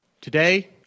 Today